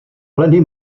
pleny